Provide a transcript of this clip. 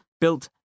built